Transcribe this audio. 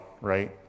right